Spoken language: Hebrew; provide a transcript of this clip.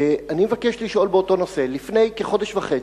אני מבקש לשאול באותו נושא: לפני כחודש וחצי,